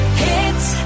hits